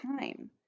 time